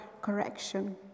correction